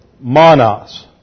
monos